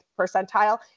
percentile